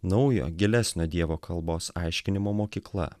naujo gilesnio dievo kalbos aiškinimo mokykla